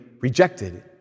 rejected